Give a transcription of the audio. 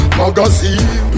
magazine